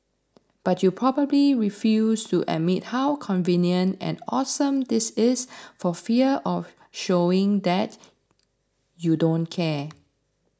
but you probably refuse to admit how convenient and awesome this is for fear of showing that you don't care